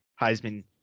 Heisman